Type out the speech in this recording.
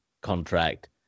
contract